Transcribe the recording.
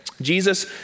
Jesus